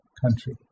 country